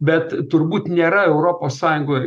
bet turbūt nėra europos sąjungoj